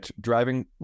driving